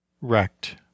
wrecked